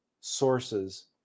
sources